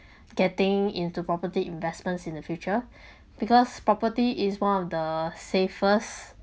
getting into property investments in the future because property is one of the safest